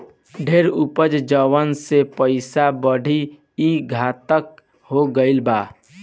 ढेर उपज जवना से पइसा बढ़ी, ई घातक हो गईल बा